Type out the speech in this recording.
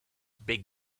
big